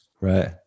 right